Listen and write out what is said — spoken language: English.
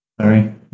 sorry